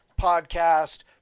podcast